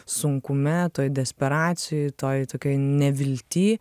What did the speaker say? sunkume toj desperacijoj toj tokioj nevilty